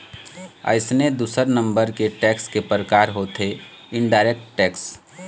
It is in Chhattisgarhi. अइसने दूसर नंबर के टेक्स के परकार होथे इनडायरेक्ट टेक्स